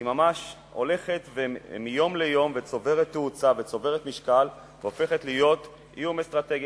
היא ממש הולכת וצוברת תאוצה ומשקל מיום ליום והופכת להיות איום אסטרטגי,